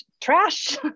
trash